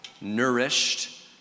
nourished